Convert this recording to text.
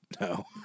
No